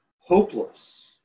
hopeless